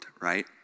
right